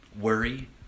Worry